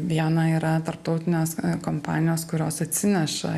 viena yra tarptautinės kompanijos kurios atsineša